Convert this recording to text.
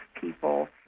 people